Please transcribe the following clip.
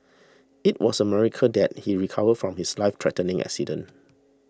it was a miracle that he recovered from his life threatening accident